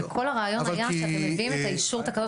כל הרעיון היה שאתם מביאים את האישור של תקנות